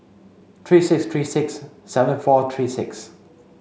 three six three six seven four three six